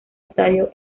estadio